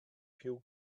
cpu